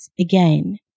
Again